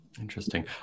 Interesting